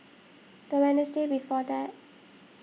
the Wednesday before that